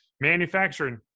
manufacturing